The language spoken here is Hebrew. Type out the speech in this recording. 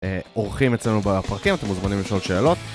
אורחים אצלנו בפרקים, אתם מוזמנים לשאול שאלות.